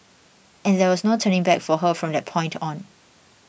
and there was no turning back for her from that point on